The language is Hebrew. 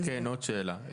עוד שאלה.